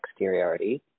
exteriority